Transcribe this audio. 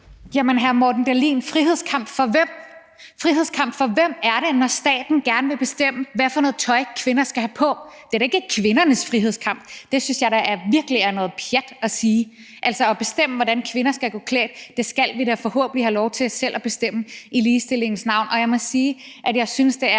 Jamen hr. Morten Dahlin, frihedskamp for hvem? Hvem er det frihedskamp for, når staten gerne vil bestemme, hvad for noget tøj kvinder skal have på? Det er da ikke kvindernes frihedskamp. Det synes jeg da virkelig er noget pjat at sige – altså at ville bestemme, hvordan kvinder skal gå klædt. Det skal vi da forhåbentlig selv have lov til at bestemme i ligestillingens navn. Og jeg må sige, at jeg synes, det er